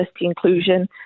inclusion